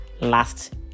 last